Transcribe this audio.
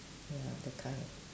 ya that kind